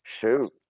Shoot